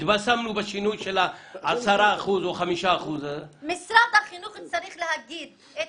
התבשמנו בשינוי של ה-10% או 5%. משרד החינוך צריך להגיד את